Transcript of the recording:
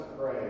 pray